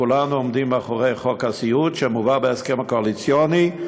כולנו עומדים מאחורי חוק הסיעוד שמובא בהסכם הקואליציוני.